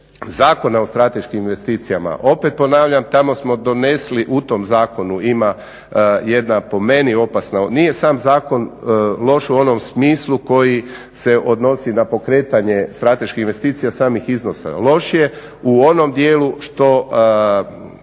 Zakona o strateškim investicijama opet ponavljam tamo smo donijeli, u tom zakonu ima jedna po meni opasna, nije sam zakon loš u onom smislu koji se odnosi na pokretanje strateških investicija samih iznosa, loš je u onom dijelu što